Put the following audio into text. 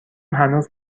هنوز